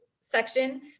section